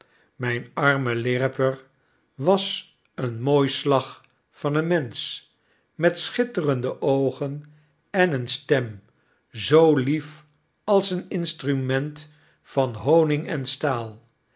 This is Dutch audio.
myn arme lirriper was een mooi slag van een mensch met schitterende oogen en eene stem zoo lief als een instrument van honig en staal